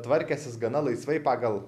tvarkęsis gana laisvai pagal